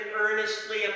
earnestly